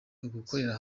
ugukorera